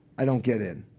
i don't get in.